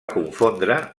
confondre